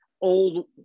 Old